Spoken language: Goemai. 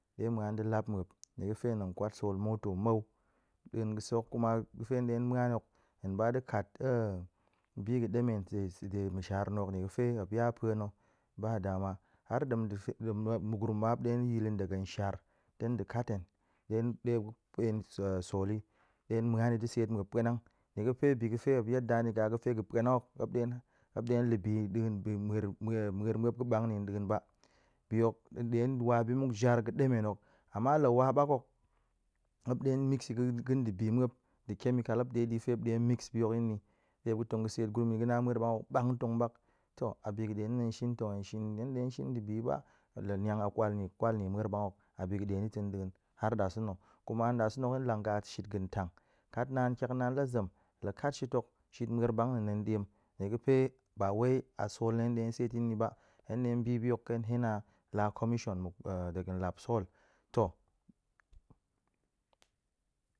Ɗe muan de lap muop nie ga̱fe tong kwat sol moto mau, nɗa̱a̱n ga̱sek kuma ga̱fe hen ɗe muan hok, hen ba ɗe kat bi ga̱ ɗemen se-se-de- məshar na̱ nie ga̱fe muop ya pue na̱ ba dama har ɗem fe mu gurum ma muop ɗe yil yi gagang nshar tong ɗe kat hen pen sol yi ɗe muan ni ɗe seet muap puanang, nie ga̱fe bi ga̱fe muop yadda nita̱ ka ga̱fe puanang hok muap ɗe- muap ɗe na li bi yi məer muap ga̱ ɓang na̱ nḏa̱a̱n ba, bi hok ɗe wa bi muk jar ga̱ ɗemen hok. Ama la wa ɓak hok, muap ɗe mix yi ga̱n- ga̱n ndibi muap, de chemical muop ɗe di fe muop ɗe mix bihok yin ni ɗe muop ga̱tong seet gurum yin ni, ga̱na ma̱er ɓang hok ɓang tong ɓak. To a bi ga̱ ɗe na̱ tong shin ta̱, hen shin hen ɗe shin dibi yi ba la niang a kwal nie kwal nie ma̱er ɓang hok a bi ga̱ ɗe ni ta̱ɗa̱a̱n har ɗa̱s sa̱ na̱, kuma ɗa̱s sa̱ na̱ hen lang ka shit ga̱n tang, kat naan kiak naan la zem la kat shit hok, shit ma̱er ɓang na̱ tong diam, nie ga̱fe ba wai a sol na̱ hen ɗe seet ta̱n ni ba, hen ɗe bi bihok ƙen hen a la commission muk ɗe ga̱n lap sol, to